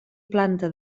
planta